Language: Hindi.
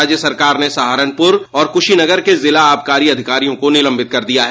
राज्य सरकार ने सहारनपुर और क़शीनगर के जिला आबकारी अधिकारियों को निलंबित कर दिया है